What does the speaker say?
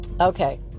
okay